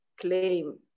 claim